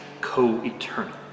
co-eternal